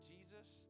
Jesus